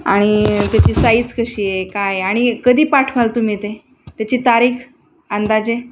आणि त्याची साईज कशी आहे काय आणि कधी पाठवाल तुम्ही ते त्याची तारीख अंदाजे